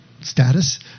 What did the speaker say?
status